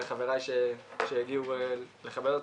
לחבריי שהגיעו לכבד אותי,